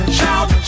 shout